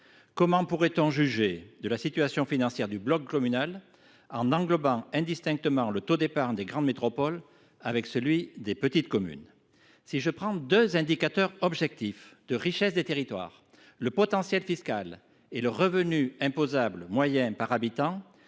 Comment pourrait on juger de la situation financière du bloc communal en englobant indistinctement le taux d’épargne des grandes métropoles et celui des petites communes ? Si je prends deux indicateurs objectifs de richesse des territoires, le potentiel fiscal et le revenu imposable moyen par habitant,